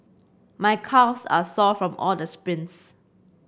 my calves are sore from all the sprints